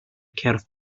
cerdd